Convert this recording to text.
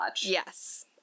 Yes